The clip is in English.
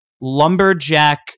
lumberjack